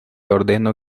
ordeno